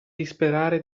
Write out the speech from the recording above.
disperare